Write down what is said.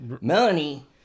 Melanie